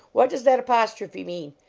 what does that apostrophe mean?